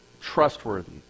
trustworthy